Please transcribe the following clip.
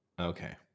Okay